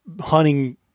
hunting